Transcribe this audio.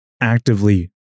actively